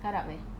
harap eh